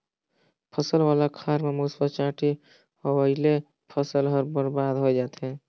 फसल वाला खार म मूसवा, चांटी होवयले फसल हर बरबाद होए जाथे